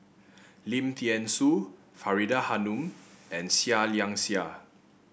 Lim Thean Soo Faridah Hanum and Seah Liang Seah